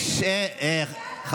דמי אבטלה לעצמאים),